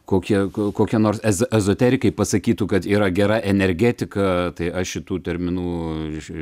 kokia ko kokia nors ez ezoterikai pasakytų kad yra gera energetika tai aš šitų terminų ir iš